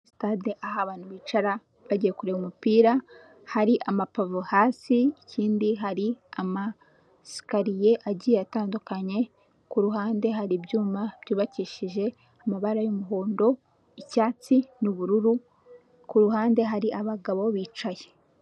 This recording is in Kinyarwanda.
Sitade aho abantu bicara bagiye kureba umupira hari amapavo hasi ikindi hari amasikariye agiye atandukanye, ku ruhande hari ibyuma byubakishije amabara y'umuhondo, icyatsi n'ubururu, ku ruhande hari abagabo bicaye.